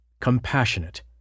compassionate